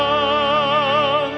oh